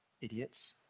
Idiots